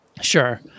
Sure